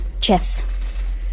chef